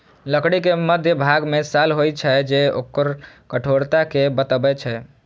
लकड़ी के मध्यभाग मे साल होइ छै, जे ओकर कठोरता कें बतबै छै